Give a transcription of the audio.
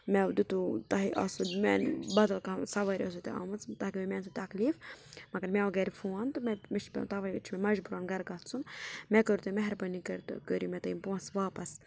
مٚے دِتُو تۄہہِ آسنو مِیٛانہِ بَدل کانٛہہ سَوٲرۍ آسِیو تۄہہِ آمٕژ تۄہہِ گٔیوٕ مِیٛانہِ سٟتۍ تکلِیٖف مگر مےٚ آو گَرِ فون تہٕ مےٚ چھِ پیٚوان تَوَے چھِ مےٚ مجبورَن گَرٕ گَژھُن مےٚ کٔرۍ تو مہربٲنِی کٔرۍ تو کٔرِو مےٚ تُہۍ یِم پونٛسہٕ واپَس